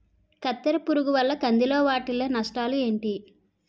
కత్తెర పురుగు వల్ల కంది లో వాటిల్ల నష్టాలు ఏంటి